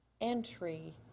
entry